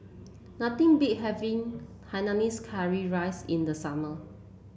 nothing beats having Hainanese Curry Rice in the summer